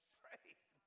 praise